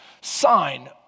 sign